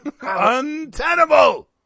Untenable